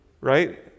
right